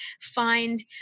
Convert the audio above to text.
find